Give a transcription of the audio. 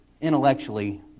intellectually